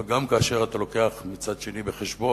אבל גם כאשר אתה מביא מצד שני בחשבון